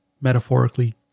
metaphorically